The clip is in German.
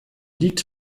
liegt